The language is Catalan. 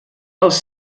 els